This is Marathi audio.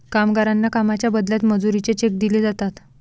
कामगारांना कामाच्या बदल्यात मजुरीचे चेक दिले जातात